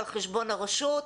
על חשבון הרשות,